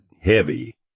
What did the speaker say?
heavy